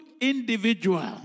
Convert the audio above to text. individual